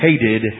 hated